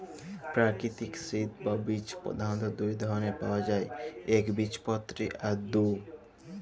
পেরাকিতিক সিড বা বীজ পধালত দু ধরলের পাউয়া যায় একবীজপত্রী আর দু